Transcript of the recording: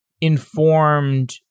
informed